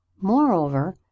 Moreover